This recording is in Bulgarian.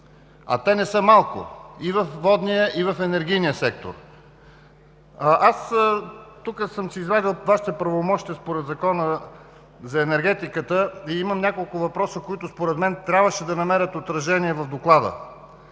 А те не са малко – и във водния, и в енергийния сектор! Аз тук съм си извадил Вашите правомощия според Закона за енергетиката и имам няколко въпроса, които според мен трябваше да намерят отражение в Доклада.